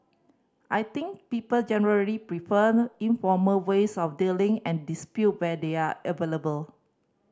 I think people generally preferred informal ways of dealing and dispute where they are available